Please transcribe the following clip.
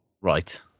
Right